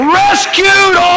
rescued